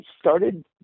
started